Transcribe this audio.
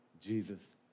Jesus